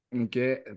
Okay